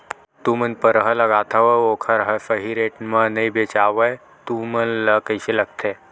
तू मन परहा लगाथव अउ ओखर हा सही रेट मा नई बेचवाए तू मन ला कइसे लगथे?